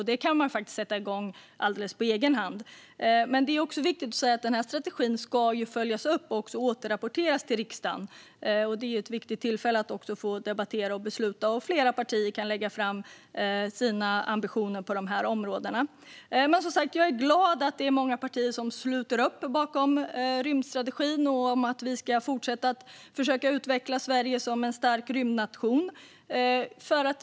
Sådant kan man sätta igång helt på egen hand. Strategin ska följas upp och detta ska återrapporteras till riksdagen. Det blir ett viktigt tillfälle att debattera och fatta beslut. Fler partier kan lägga fram sina ambitioner på området. Jag är som sagt glad över att många partier slutit upp bakom rymdstrategin och att vi ska fortsätta försöka utveckla Sverige som en stark rymdnation.